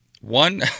one